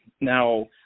Now